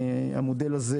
המודל הזה